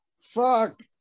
Fuck